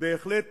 בהחלט